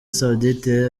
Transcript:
saoudite